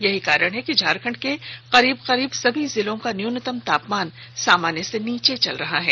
यही कारण है कि झारखंड के करीब करीब सभी जिलों का न्यूनतम तापमान सामान्य से नीचे चल गया है